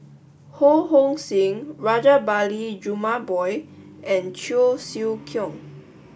Ho Hong Sing Rajabali Jumabhoy and Cheong Siew Keong